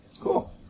Cool